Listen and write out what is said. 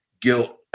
guilt